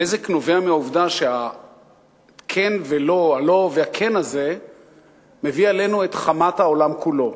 הנזק נובע מהעובדה שהכן-ולא והלא-וכן הזה מביא עלינו את חמת העולם כולו,